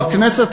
בכנסת,